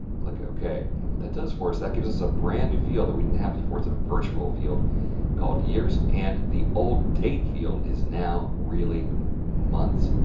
click ok. and what that does for us, that gives us a brand new field that we didn't have before, it's a virtual field called years, and the old date field is now really months.